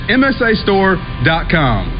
msastore.com